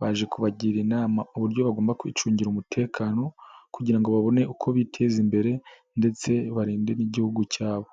baje kubagira inama uburyo bagomba kwicungira umutekano kugira ngo babone uko biteza imbere ndetse barinde n'igihugu cyabo.